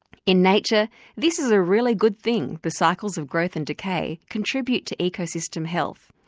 in nature this is a really good thing. the cycles of growth and decay contribute to ecosystem health.